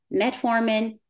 metformin